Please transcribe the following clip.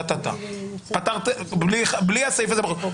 אני אנסה להסביר מה ניסינו לעשות,